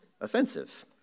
offensive